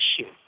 issue